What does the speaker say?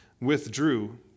withdrew